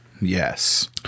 Yes